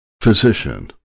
Physician